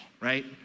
right